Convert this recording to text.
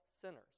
sinners